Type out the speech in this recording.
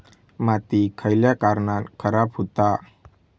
माती खयल्या कारणान खराब हुता?